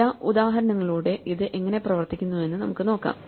ചില ഉദാഹരണങ്ങളിലൂടെ ഇത് എങ്ങനെ പ്രവർത്തിക്കുന്നുവെന്ന് നമുക്ക് നോക്കാം